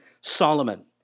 Solomon